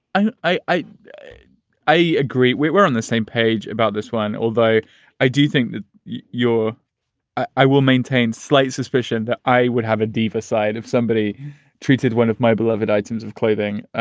i i i agree. we were on the same page about this one. although i do think that your i i will maintain slight suspicion that i would have a diva side if somebody treated one of my beloved items of clothing